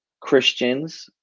Christians